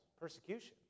persecution